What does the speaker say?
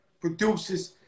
produces